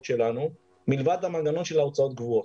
שלנו מלבד המנגנון של ההוצאות הקבועות.